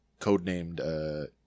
codenamed